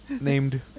Named